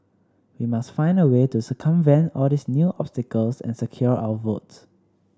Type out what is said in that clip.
we must find a way to circumvent all these new obstacles and secure our votes